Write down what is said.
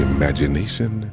Imagination